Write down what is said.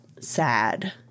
sad